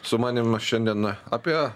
sumanymas šiandien apie